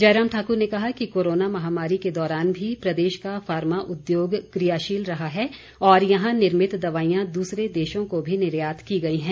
जयराम ठाकुर ने कहा कि कोरोना महामारी के दौरान भी प्रदेश का फार्मा उद्योग कियाशील रहा है और यहां निर्मित दवाईयां दूसरे देशों को भी निर्यात की गई हैं